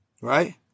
right